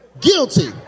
guilty